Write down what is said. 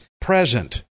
present